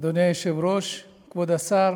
אדוני היושב-ראש, כבוד השר,